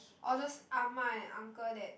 all those ah-ma and uncle that